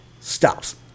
stops